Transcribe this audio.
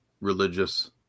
religious